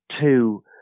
two